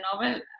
novel